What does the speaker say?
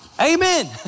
Amen